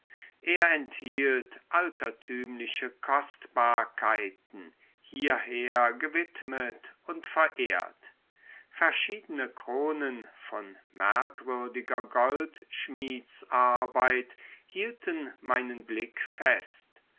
er enthielt altertümliche kostbarkeiten hierher gewidmet und verehrt verschiedene kronen von merkwürdiger goldschmiedsarbeit hielten meinen blick fest